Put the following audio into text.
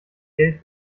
geld